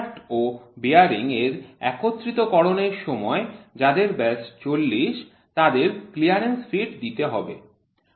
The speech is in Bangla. শ্য়াফ্ট ও বেয়ারিং এর একত্রিতকরণ এর সময় যাদের ব্যাস ৪০ তাদের ক্লিয়ারেন্স ফিট দিতে হবে